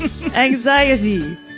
Anxiety